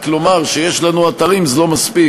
רק לומר שיש לנו אתרים זה לא מספיק.